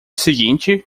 seguinte